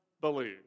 believe